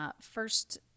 first